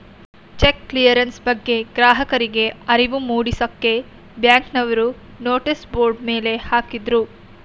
check clearance ಬಗ್ಗೆ ಗ್ರಾಹಕರಿಗೆ ಅರಿವು ಮೂಡಿಸಕ್ಕೆ ಬ್ಯಾಂಕ್ನವರು ನೋಟಿಸ್ ಬೋರ್ಡ್ ಮೇಲೆ ಹಾಕಿದ್ರು